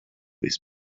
this